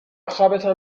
خوابتان